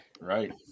Right